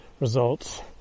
results